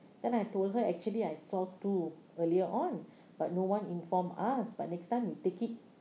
then I told her actually I saw two earlier on but no one informed us but next time you take it